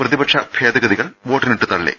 പ്രതിപക്ഷ ഭേദഗതികൾ വോട്ടിനിട്ടു തളളി